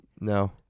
no